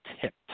tipped